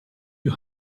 you